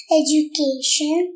education